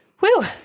Woo